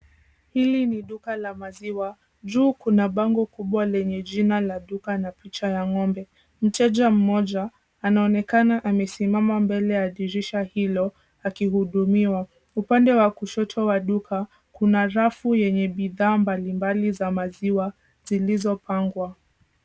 Hili ni duka la maziwa. Juu kuna bango kubwa lenye jina la duka na picha ya ng'ombe. Mteja mmoja anaonekana amesimama mbele ya dirisha hilo akihudumiwa. Upande wa kushoto wa duka kuna rafu yenye bidhaa mbalimbali za maziwa zilizopangwa.